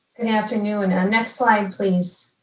and afternoon and next slide please.